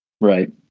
Right